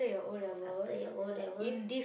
after your O-levels